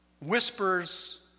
whispers